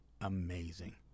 amazing